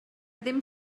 ddim